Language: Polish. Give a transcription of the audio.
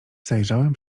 zajrzałem